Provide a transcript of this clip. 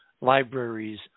libraries